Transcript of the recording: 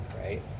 right